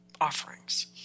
offerings